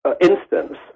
instance